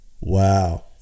Wow